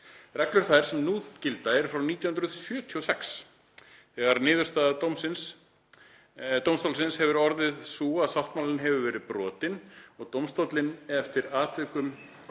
Reglur þær, sem nú gilda, eru frá 1976. Þegar niðurstaða dómstólsins hefur orðið sú að sáttmálinn hafi verið brotinn og dómstóllinn eftir atvikum